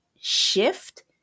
shift